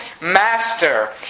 master